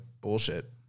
bullshit